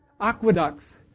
Aqueducts